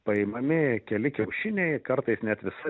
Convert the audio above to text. paimami keli kiaušiniai kartais net visa